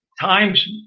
times